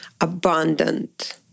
abundant